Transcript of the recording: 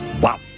Wow